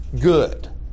good